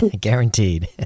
Guaranteed